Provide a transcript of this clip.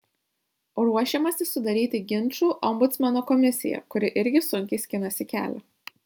ruošiamasi sudaryti ginčų ombudsmeno komisiją kuri irgi sunkiai skinasi kelią